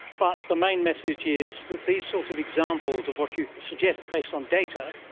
but the main message is that these sorts of examples of what you suggest based on data,